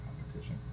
competition